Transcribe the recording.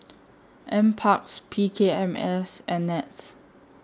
N Parks P K M S and Nets